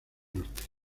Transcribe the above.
norte